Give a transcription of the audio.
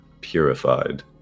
purified